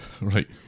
Right